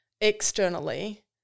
externally